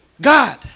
God